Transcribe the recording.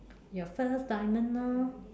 your first diamond orh